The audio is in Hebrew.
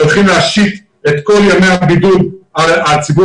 הולכים להשית את כל ימי הבידוד על ציבור